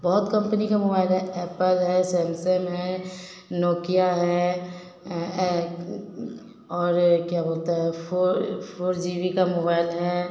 बहुत कम्पनी के मोबाइल हैं एप्पल है सेमसंग है नोकिया है और क्या बोलते हैं फोर फोर जी बी का मोबायल है